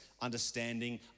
understanding